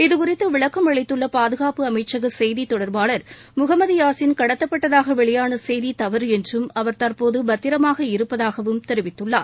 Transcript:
இதுகுறித்து விளக்கம் அளித்துள்ள பாதுகாப்பு அமைச்சக செய்தித் தொடர்பாளர் முகமது யாசின் கடத்தப்பட்டதாக வெளியாள செய்தி தவறு என்றும் அவர் தற்போது பத்திரமாக இருப்பதாகவும் தெரிவித்துள்ளார்